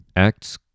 Acts